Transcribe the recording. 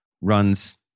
runs